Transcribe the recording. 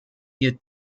ihr